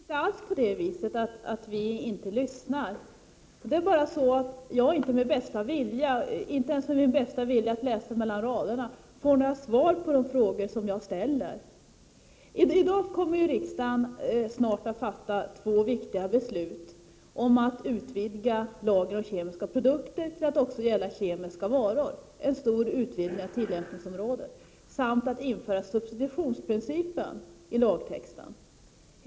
Fru talman! Nej, det är inte alls så att vi inte lyssnar, Grethe Lundblad. Det är bara så att jag inte ens med min bästa vilja att läsa mellan raderna får några svar på de frågor som jag ställer. Snart kommer ju riksdagen att fatta två viktiga beslut: att utvidga lagen om kemiska produkter till att också omfatta kemiska varor — en stor utvidgning av tillämpningsområdet — samt att införa substitutionsprincipen i lagtexten.